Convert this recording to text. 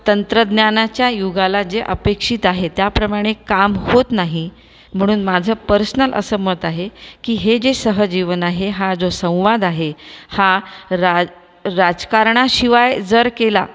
तंत्रज्ञानाच्या युगाला जे अपेक्षित आहे त्याप्रमाणे काम होत नाही म्हणून माझं पर्सनल असं मत आहे की हे जे सहजीवन आहे हा जो संवाद आहे हा रा राजकारणाशिवाय जर केला